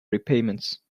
repayments